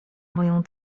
moją